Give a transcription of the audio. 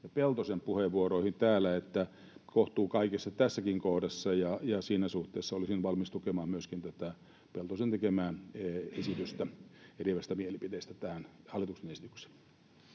Peltosen puheenvuoroihin täällä, että kohtuus kaikessa tässäkin kohdassa. Siinä suhteessa olisin valmis myöskin tukemaan tätä Peltosen tekemää esitystä eriävästä mielipiteestä tähän hallituksen esitykseen.